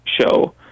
show